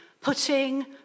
putting